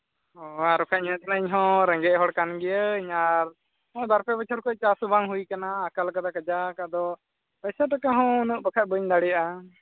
ᱟᱨ ᱵᱟᱠᱷᱟᱱ ᱤᱧ ᱦᱚᱸ ᱨᱮᱸᱜᱮᱡ ᱦᱚᱲ ᱠᱟᱱ ᱜᱤᱭᱟᱹᱧ ᱟᱨ ᱵᱟᱨᱯᱮ ᱵᱚᱪᱷᱚᱨ ᱠᱷᱚᱱ ᱪᱟᱥ ᱦᱚᱸ ᱵᱟᱝ ᱦᱩᱭ ᱠᱟᱱᱟ ᱟᱠᱟᱞ ᱠᱟᱫᱟᱭ ᱠᱟᱡᱟᱠ ᱟᱫᱚ ᱯᱚᱭᱥᱟ ᱴᱟᱠᱟ ᱦᱚᱸ ᱵᱟᱠᱷᱟᱱ ᱩᱱᱟᱹᱜ ᱵᱟᱹᱧ ᱫᱟᱲᱮᱭᱟᱜᱼᱟ